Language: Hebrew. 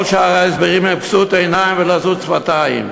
כל שאר ההסברים הם כסות עיניים ולזות שפתיים.